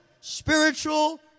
spiritual